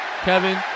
Kevin